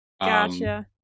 Gotcha